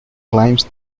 climbs